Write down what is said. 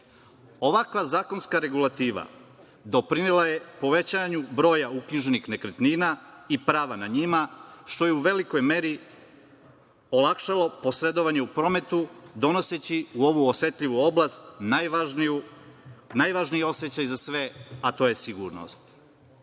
zakon. Ovakva zakonska regulativa doprinela je povećanju broja uknjiženih nekretnina i prava na njima, što je u velikoj meri olakšalo posredovanje u prometu, donoseći u ovu osetljivu oblast najvažniji osećaj za sve, a to je sigurnost.